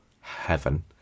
heaven